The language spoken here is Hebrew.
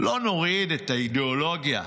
לא נוריד את האידאולוגיה,